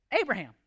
Abraham